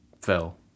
fell